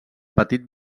petit